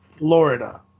Florida